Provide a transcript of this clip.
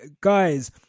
guys